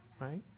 Right